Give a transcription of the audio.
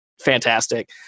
Fantastic